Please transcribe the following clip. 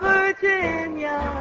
Virginia